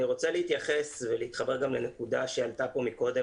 אני רוצה להתייחס ולהתחבר גם לנקודה שעלתה פה קודם